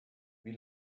wie